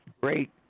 great